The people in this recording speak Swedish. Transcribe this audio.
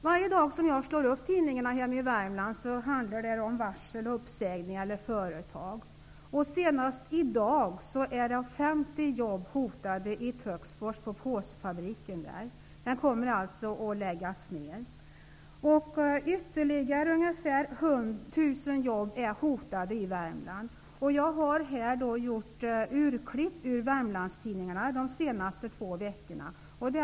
Varje dag som jag slår upp tidningarna hemma i Värmland handlar det om varsel och uppsägningar. Senast i dag är 50 jobb hotade i Töcksfors. Påsfabriken där kommer att läggas ned. Jag har gjort urklipp ur Värmlandstidningarna de senaste två veckorna.